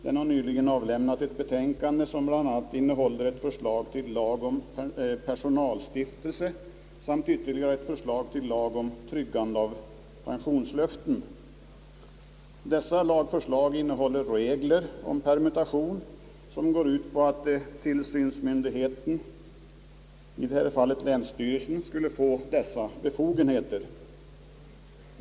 Den har nyligen avlämnat ett betänkande med bl.a. förslag till lag om personalstiftelse samt ytterligare ett förslag till lag om tryggande av pensionslöften. Desa lagförslag innehåller regler om permutation som går ut på att tillsynsmyndigheten, i detta fall länsstyrelsen, skulle få dessa befogenheter.